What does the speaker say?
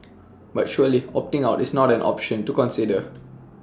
but surely opting out is not an option to consider